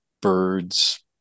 birds